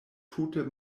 tute